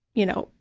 you know,